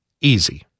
easy